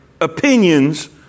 opinions